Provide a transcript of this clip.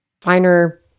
finer